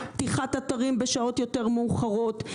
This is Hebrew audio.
פתיחת אתרים בשעות יותר מאוחרות.